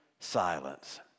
Silence